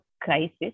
crisis